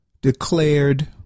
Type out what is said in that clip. declared